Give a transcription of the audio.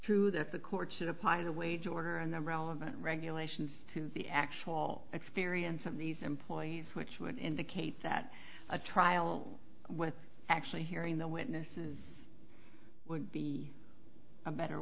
true that the court should apply the wage order and the relevant regulations to the actual experience of these employees which would indicate that a trial with actually hearing the witnesses would be a better